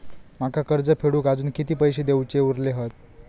माका कर्ज फेडूक आजुन किती पैशे देऊचे उरले हत?